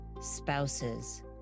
spouses